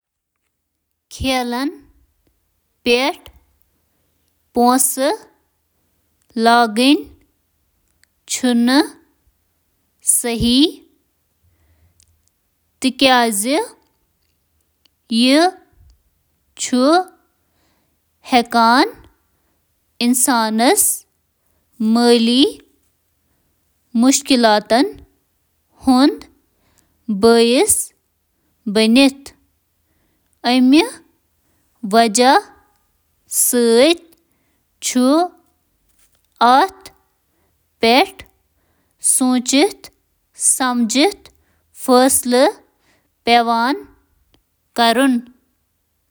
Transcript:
تفریحی قۭمَت فراہم کرنہٕ خٲطرٕ چھُ کھیلَن پٮ۪ٹھ لۄکچہِ رقمَس پٮ۪ٹھ شرط لگاوُن ٹھیٖک۔ توتہِ چھُ نشہِ ہُنٛد واریاہ خطرٕ تہٕ زیادٕ تر لوٗکھ ہٮ۪کَن پنٕنۍ پونٛسہٕ کُنہِ جایہِ بہتر پٲٹھۍ خرچ کٔرِتھ۔ لوٗکھ چھِ واریٛاہ زِیٛادٕ شرط لگاوان تہٕ پنُن بینک رول صحیح پٲٹھۍ چھُنہٕ چلاوان۔